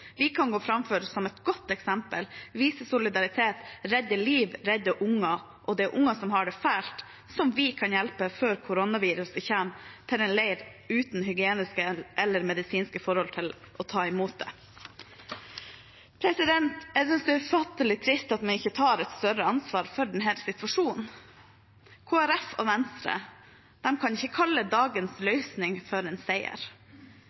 Vi kan gå foran som et godt eksempel, vise solidaritet, redde liv, redde unger – det er unger som har det fælt, og som vi kan hjelpe før koronaviruset kommer til en leir uten hygieniske eller medisinske forhold til å ta imot det. Jeg synes det er ufattelig trist at man ikke tar et større ansvar for denne situasjonen. Kristelig Folkeparti og Venstre kan ikke kalle dagens løsning for en seier.